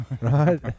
Right